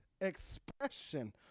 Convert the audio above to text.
expression